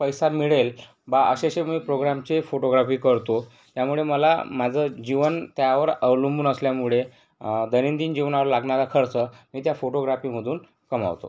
पैसा मिळेल बा अशा अशा मी प्रोग्रामचे फोटोग्राफी करतो त्यामुळे मला माझं जीवन त्यावर अवलंबून असल्यामुळे दैनंदिन जीवनाला लागणारा खर्च मी त्या फोटोग्राफीमधून कमावतो